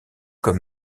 comme